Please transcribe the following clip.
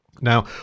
Now